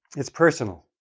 it's personal,